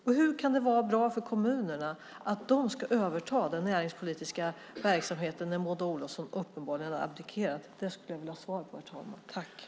Och hur kan det vara bra för kommunerna att de ska överta den näringspolitiska verksamheten när Maud Olofsson uppenbarligen har abdikerat. Det skulle jag vilja ha svar på, herr talman.